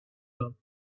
her